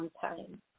time